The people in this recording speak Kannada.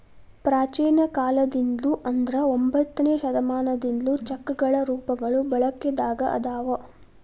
ಪ್ರಾಚೇನ ಕಾಲದಿಂದ್ಲು ಅಂದ್ರ ಒಂಬತ್ತನೆ ಶತಮಾನದಿಂದ್ಲು ಚೆಕ್ಗಳ ರೂಪಗಳು ಬಳಕೆದಾಗ ಅದಾವ